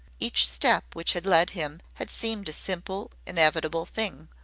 each step which had led him had seemed a simple, inevitable thing,